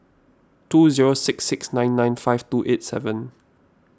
two zero six six nine nine five two eight seven